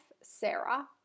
Sarah